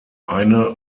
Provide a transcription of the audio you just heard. eine